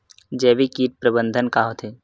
जैविक कीट प्रबंधन का होथे?